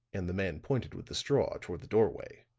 and the man pointed with the straw toward the doorway.